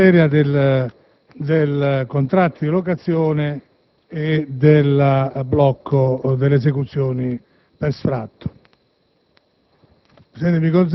nella materia del contratto di locazione e del blocco delle esecuzioni per sfratto.